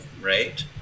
right